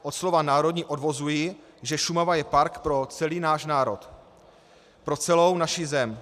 Od slova národní odvozuji, že Šumava je park pro celý náš národ, pro celou naši zem.